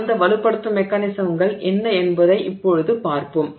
அந்த வலுப்படுத்தும் மெக்கானிசம்கள் என்ன என்பதை இப்போது பார்ப்போம்